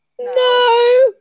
No